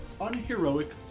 Unheroic